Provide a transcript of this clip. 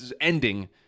ending –